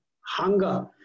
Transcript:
hunger